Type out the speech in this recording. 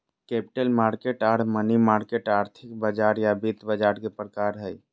capital market आर money market आर्थिक बाजार या वित्त बाजार के प्रकार हय